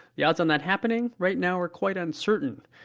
the odds on that happening right now are quite uncertain.